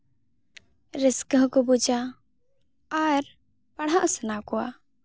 ᱨᱟᱹᱥᱠᱟᱹ ᱦᱚᱸᱠᱚ ᱵᱩᱡᱟ ᱟᱨ ᱯᱟᱲᱦᱟᱜ ᱥᱟᱱᱟ ᱠᱚᱣᱟ